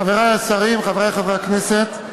חברי השרים, חברי חברי הכנסת,